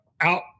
out